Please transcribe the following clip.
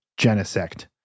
Genesect